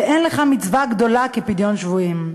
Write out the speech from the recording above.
ואין לך מצווה גדולה כפדיון שבויים.